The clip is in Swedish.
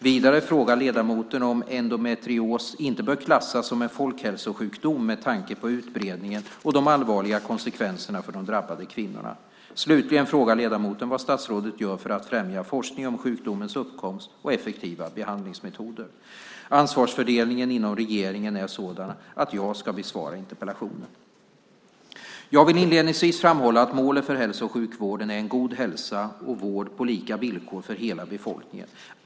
Vidare frågar ledamoten om endometrios inte bör klassas som en folkhälsosjukdom med tanke på utbredningen och de allvarliga konsekvenserna för de drabbade kvinnorna. Slutligen frågar ledamoten vad statsrådet gör för att främja forskning om sjukdomens uppkomst och effektiva behandlingsmetoder. Ansvarsfördelningen inom regeringen är sådan att jag ska besvara interpellationen. Jag vill inledningsvis framhålla att målet för hälso och sjukvården är en god hälsa och vård på lika villkor för hela befolkningen.